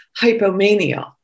hypomania